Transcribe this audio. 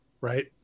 right